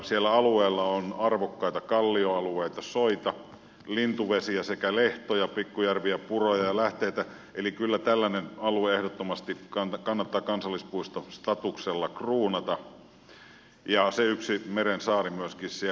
sillä alueella on arvokkaita kallioalueita soita lintuvesiä sekä lehtoja pikkujärviä puroja ja lähteitä eli kyllä tällainen alue ehdottomasti kannattaa kansallispuistostatuksella kruunata ja myöskin yksi meren saari siellä on